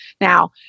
Now